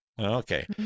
Okay